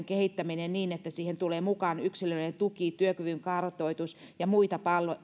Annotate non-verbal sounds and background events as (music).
(unintelligible) kehittäminen niin että siihen tulee mukaan yksilöllinen tuki työkyvyn kartoitus ja muita